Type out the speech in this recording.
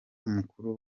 mukuru